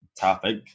topic